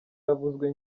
yavuzwe